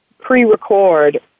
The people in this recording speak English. pre-record